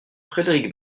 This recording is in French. frédéric